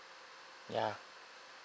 ya